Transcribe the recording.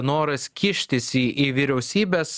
noras kištis į į vyriausybės